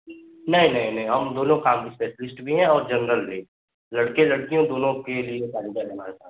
नहीं नहीं नहीं हम दोनों काम में स्पेशलिस्ट भी हैं और जनरल भी लड़के लड़कियों दोनों के लिये कारीगर है हमारे पास